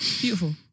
Beautiful